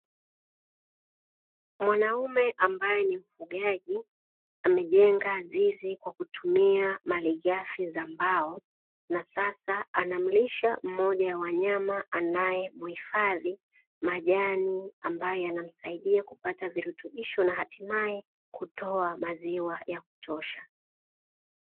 Mwanaume ambaye ni mfugaji, amejenga zizi kwa kutumia malighalfi za mbao, na sasa anamlisha mmoja ya wanyama anaemuhifadhi, majani ambayo yanamsaidia kupata virutubisho, na hatimaye kutoa maziwa ya kutosha.